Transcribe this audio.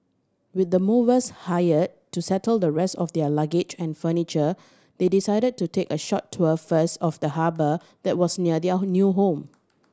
with the movers hired to settle the rest of their luggage and furniture they decided to take a short tour first of the harbour that was near their new home